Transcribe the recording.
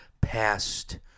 past